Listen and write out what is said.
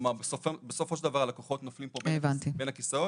כלומר בסופו של דבר הלקוחות נופלים פה בין הכיסאות